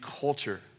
culture